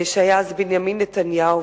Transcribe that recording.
שהיה אז בנימין נתניהו,